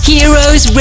Heroes